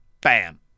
bam